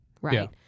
right